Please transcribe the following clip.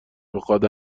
بخواهد